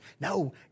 No